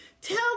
Tell